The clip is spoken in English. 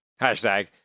hashtag